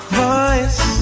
voice